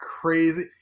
crazy